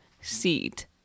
seat